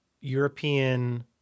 European